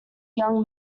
young